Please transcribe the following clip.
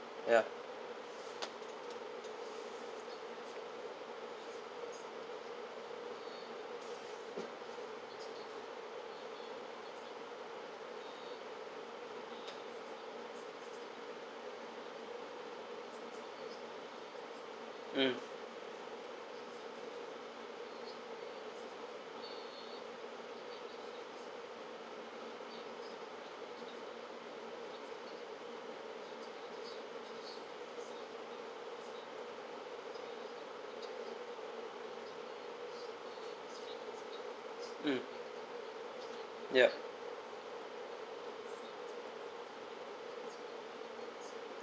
ya mm mm ya